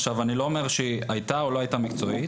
אני לא אומר שהיא הייתה או לא הייתה מקצועית.